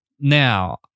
Now